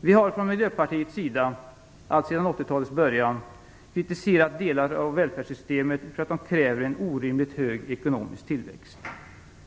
Vi har från Miljöpartiets sida, alltsedan 80-talets början, kritiserat delar av välfärdssystemet för att de kräver en orimligt hög ekonomisk tillväxt.